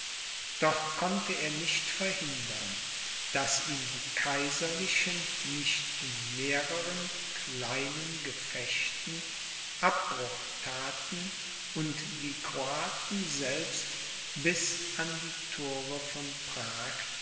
doch konnte er nicht verhindern daß ihm die kaiserlichen nicht in mehrern kleinen gefechten abbruch thaten und die kroaten selbst bis an die thore von prag